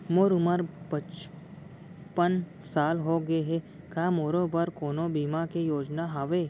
मोर उमर पचपन साल होगे हे, का मोरो बर कोनो बीमा के योजना हावे?